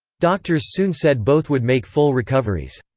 doctors soon said both would make full recoveries.